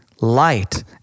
light